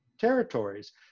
territories